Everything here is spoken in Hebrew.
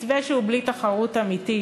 מתווה שהוא בלי תחרות אמיתית,